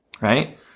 right